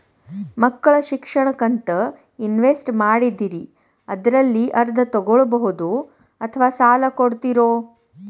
ಮಕ್ಕಳ ಶಿಕ್ಷಣಕ್ಕಂತ ಇನ್ವೆಸ್ಟ್ ಮಾಡಿದ್ದಿರಿ ಅದರಲ್ಲಿ ಅರ್ಧ ತೊಗೋಬಹುದೊ ಅಥವಾ ಸಾಲ ಕೊಡ್ತೇರೊ?